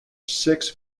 six